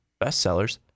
bestsellers